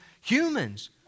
humans